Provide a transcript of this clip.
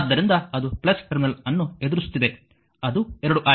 ಆದ್ದರಿಂದ ಅದು ಟರ್ಮಿನಲ್ ಅನ್ನು ಎದುರಿಸುತ್ತಿದೆ ಅದು 2i